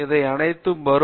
இவை அனைத்தும் வரும்